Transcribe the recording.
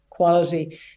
quality